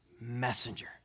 messenger